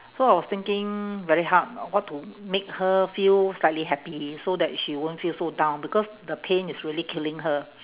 so I was thinking very hard what to make her feel slightly happy so that she won't feel so down because the pain is really killing her